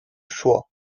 choix